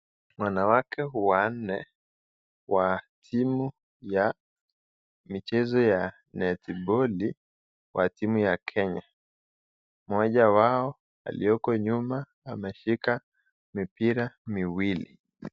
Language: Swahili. Wanawake nne wa timu ya michezo ya netiboli wa timu ya kenya mmoja wao aliyoko nyuma ameshika mipira miwili.